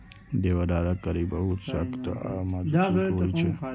देवदारक कड़ी बहुत सख्त आ मजगूत होइ छै